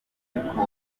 gatandatu